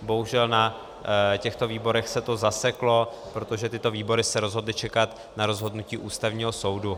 Bohužel, na těchto výborech se to zaseklo, protože tyto výbory se rozhodly čekat na rozhodnutí Ústavního soudu.